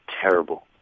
terrible